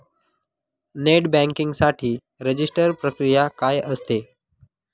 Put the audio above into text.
Net banking साठी register प्रक्रिया काय असते?